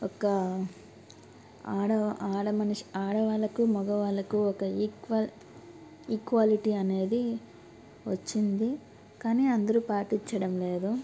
ఒక ఆడ ఆడ మనిషి ఆడవాళ్ళకు మగవాళ్ళకు ఒక ఈక్వల్ ఈక్వాలిటీ అనేది వచ్చింది కానీ అందరూ పాటించడం లేదు